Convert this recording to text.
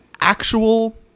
actual